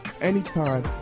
anytime